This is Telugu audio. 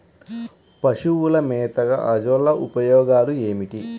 పశువుల మేతగా అజొల్ల ఉపయోగాలు ఏమిటి?